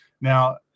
Now